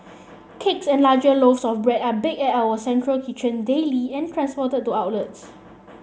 cakes and larger loaves of bread are baked at our central kitchen daily and transported to outlets